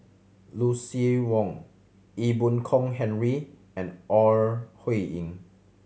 Lucien Wang Ee Boon Kong Henry and Ore Huiying